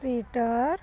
peter